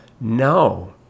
No